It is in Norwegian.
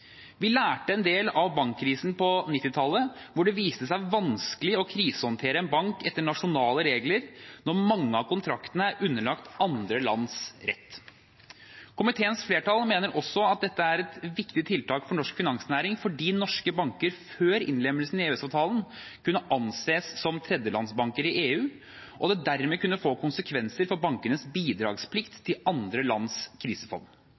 Vi lærte en del av bankkrisen på 1990-tallet, hvor det viste seg vanskelig å krisehåndtere en bank etter nasjonale regler når mange av kontraktene er underlagt andre lands rett. Komiteens flertall mener også at dette er et viktig tiltak for norsk finansnæring fordi norske banker før innlemmelsen i EØS-avtalen kunne anses som tredjelandsbanker i EU, og det dermed kunne få konsekvenser for bankenes bidragsplikt til andre lands krisefond.